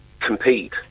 compete